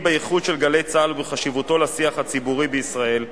באיכות של "גלי צה"ל" ובחשיבותה לשיח הציבורי בישראל.